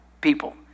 people